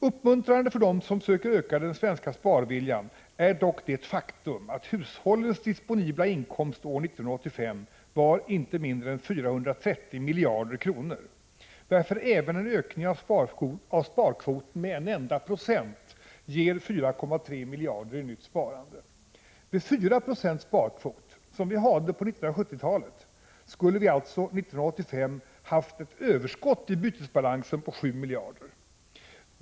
Uppmuntrande för dem som söker öka den svenska sparviljan är dock det faktum att hushållens disponibla inkomst år 1985 inte var mindre än 430 miljarder kronor, varför även en ökning av sparkvoten med en enda procent ger 4,3 miljarder i nytt sparande. Vid 4 96 sparkvot — som vi hade på 1970-talet — skulle vi alltså år 1985 ha haft ett överskott i bytesbalansen på 7 miljarder.